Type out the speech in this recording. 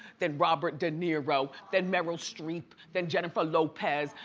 than robert de niro, than meryl streep, than jennifer lopez,